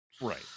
right